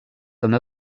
comme